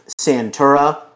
Santura